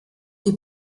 die